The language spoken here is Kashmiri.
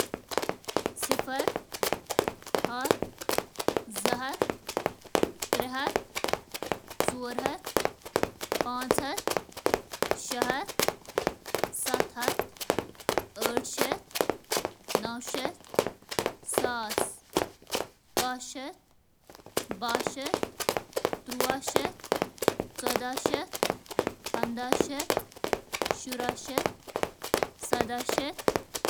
صفر، ہتھ، زٕ ہتھ، ترٛےٚ ہتھ، ژور ہتھ، پانٛژ ہتھ، شیٚہ ہتھ، ستھ ہتھ، ٲٹھ ہتھ، نو ہتھ ، ساس۔